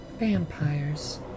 Vampires